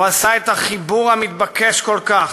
הוא עושה את החיבור המתבקש כל כך,